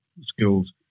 skills